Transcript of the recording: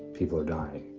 people are dying.